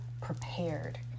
prepared